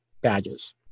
badges